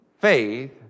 faith